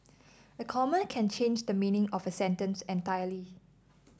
a comma can change the meaning of a sentence entirely